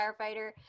firefighter